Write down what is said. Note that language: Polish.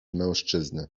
mężczyzny